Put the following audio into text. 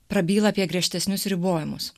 prabyla apie griežtesnius ribojimus